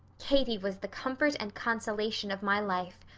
katie was the comfort and consolation of my life.